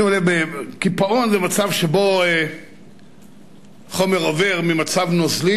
שימו לב, קיפאון זה מצב שבו חומר עובר ממצב נוזלי